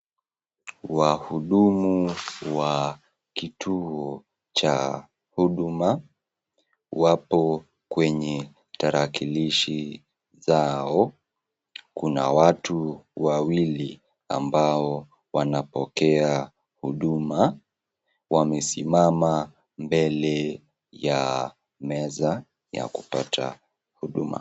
Wahudumu wa kituo cha huduma wapo kwenye tarakilishi zao. Kuna watu wawili ambao wanapokea huduma wamesimama mbele ya meza ya kupata huduma.